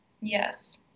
Yes